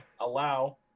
allow